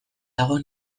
dago